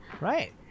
Right